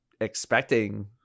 expecting